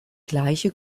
gleiche